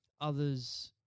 others